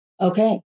Okay